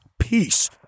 peace